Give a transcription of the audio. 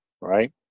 Right